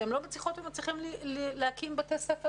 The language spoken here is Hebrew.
שהם לא מצליחות ומצליחים להקים בתי ספר